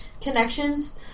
connections